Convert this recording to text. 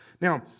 Now